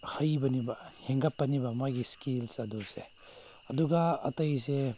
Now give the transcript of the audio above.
ꯍꯩꯕꯅꯦꯕ ꯍꯦꯟꯒꯠꯄꯅꯦꯕ ꯃꯥꯒꯤ ꯏꯁꯀꯤꯜ ꯑꯗꯨꯁꯦ ꯑꯗꯨꯒ ꯑꯩꯇꯩꯁꯦ